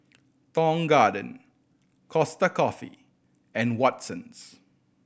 Tong Garden Costa Coffee and Watsons